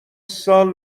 سال